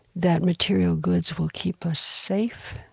that material goods will keep us safe.